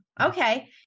Okay